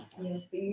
Yes